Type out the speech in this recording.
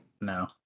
No